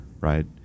right